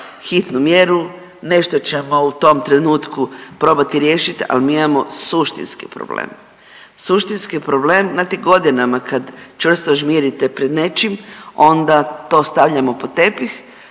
hitnu mjeru nešto ćemo u tom trenutku probati riješiti, ali mi imamo suštinski problem. Suštinski problem znate godinama kad čvrsto žmirite pred nečim onda to stavljamo pod tepih